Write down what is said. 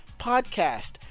podcast